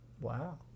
wow